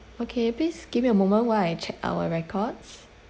okay please give me a moment while I check our records